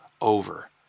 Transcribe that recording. over